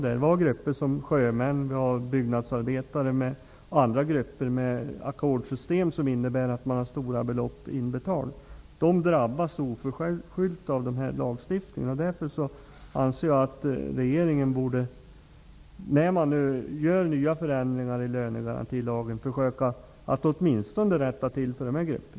Det gäller grupper som sjömän, byggnadsarbetare och andra grupper med ackordssystem. Det innebär att de har stora belopp innestående. De drabbas oförskyllt av denna lagstiftning. Därför anser jag att regeringen i samband med förändringar i lönegarantilagen åtminstone borde rätta till situationen för dessa grupper.